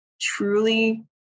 truly